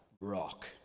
rock